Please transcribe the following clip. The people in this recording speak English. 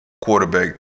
quarterback